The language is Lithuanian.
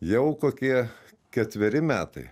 jau kokie ketveri metai